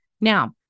Now